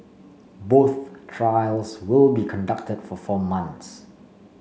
both trials will be conducted for four months